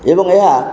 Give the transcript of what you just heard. ଏବଂ ଏହା